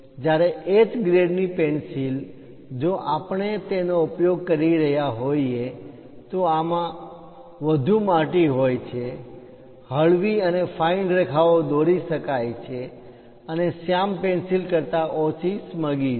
જ્યારે H ગ્રેડની pencil જો આપણે તેનો ઉપયોગ કરી રહ્યાં હોઈએ તો આમાં વધુ માટી હોય છે હળવી અને ફાઇન રેખા ઓ દોરી શકાય છે અને શ્યામ પેંસિલ કરતાં ઓછી સ્મગી છે